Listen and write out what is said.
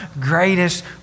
greatest